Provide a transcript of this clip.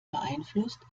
beeinflusst